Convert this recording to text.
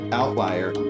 outlier